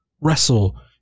wrestle